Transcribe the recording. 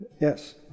yes